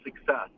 success